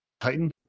Titan